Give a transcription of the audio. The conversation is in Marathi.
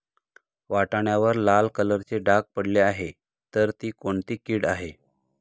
वाटाण्यावर लाल कलरचे डाग पडले आहे तर ती कोणती कीड आहे?